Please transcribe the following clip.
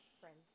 friends